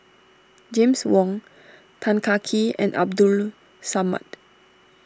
James Wong Tan Kah Kee and Abdul Samad